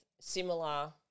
similar